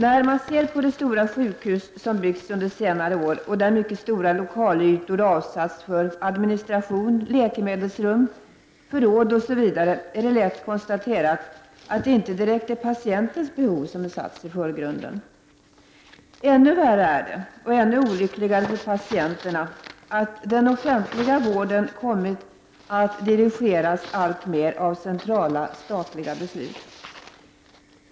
När man ser på de stora sjukhus som byggts under senare år, där mycket stora lokalytor avsatts för administration, läkemedelsrum, förråd osv. , är det lätt konstaterat att det inte direkt är patientens behov som satts i förgrunden. Ännu värre är det, och ännu olyckligare för patienterna, att den offentliga vården kommit att dirigeras alltmer av centrala statliga beslut.